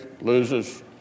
loses